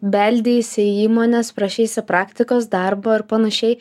beldeisi į įmones prašeisi praktikos darbo ir panašiai